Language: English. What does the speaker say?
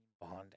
bonding